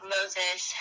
Moses